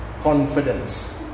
confidence